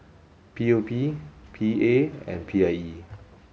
P O P P A and P I E